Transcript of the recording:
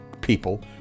people